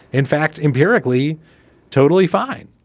in fact, empirically totally fine.